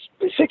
six